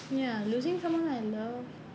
ya losing someone I love